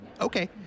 okay